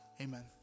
Amen